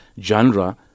genre